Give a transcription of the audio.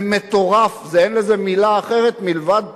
זה מטורף, אין לזה מלה אחרת מלבד טירוף,